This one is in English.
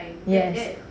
yes